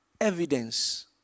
evidence